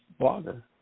blogger